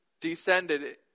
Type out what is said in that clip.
descended